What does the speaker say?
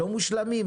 לא מושלמים,